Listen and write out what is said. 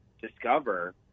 discover